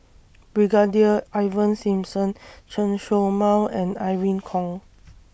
Brigadier Ivan Simson Chen Show Mao and Irene Khong